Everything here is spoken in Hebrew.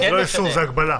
זה לא איסור, זו הגבלה.